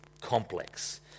complex